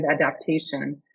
adaptation